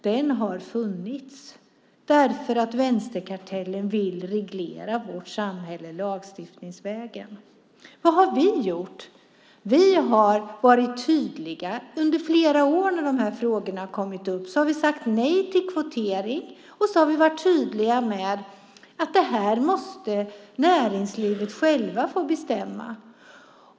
Den har funnits därför att vänsterkartellen vill reglera vårt samhälle lagstiftningsvägen. Vad har vi gjort? Vi har varit tydliga under flera år när de här frågorna har kommit upp och sagt nej till kvotering, och vi har varit tydliga med att det här måste näringslivet självt få bestämma.